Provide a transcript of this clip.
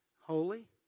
Holy